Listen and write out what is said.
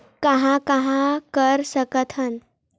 कहां कहां कर सकथन?